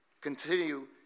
Continue